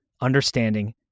understanding